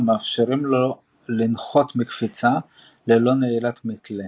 המאפשרים לו לנחות מקפיצה ללא נעילת מתלה.